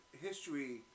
history